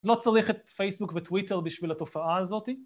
לא צריך את פייסבוק וטוויטר בשביל התופעה הזאתי.